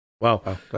Wow